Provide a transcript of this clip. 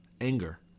anger